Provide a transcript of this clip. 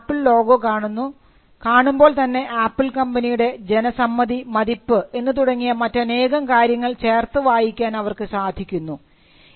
ആളുകൾ Apple logo കാണുന്നു കാണുമ്പോൾ തന്നെ ആപ്പിൾ കമ്പനിയുടെ ജനസമ്മതി മതിപ്പ് എന്നു തുടങ്ങിയുള്ള മറ്റനേകം കാര്യങ്ങൾ ചേർത്ത് വായിക്കാൻ അവർക്ക് സാധിക്കുന്നു